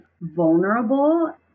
vulnerable